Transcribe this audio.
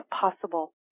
possible